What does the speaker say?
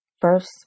first